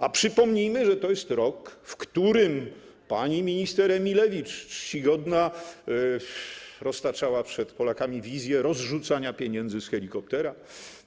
A przypomnijmy, że to jest rok, w którym pani minister Emilewicz czcigodna roztaczała przed Polakami wizje rozrzucania pieniędzy z helikoptera,